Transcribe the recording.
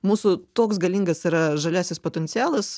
mūsų toks galingas yra žaliasis potencialas